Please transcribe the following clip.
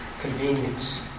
Convenience